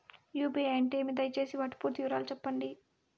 UPI అంటే ఏమి? దయసేసి వాటి పూర్తి వివరాలు సెప్పండి?